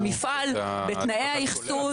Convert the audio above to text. במפעל, בתנאי האחסון.